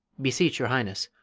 beseech your highness,